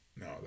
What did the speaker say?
no